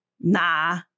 Nah